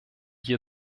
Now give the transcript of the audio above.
hier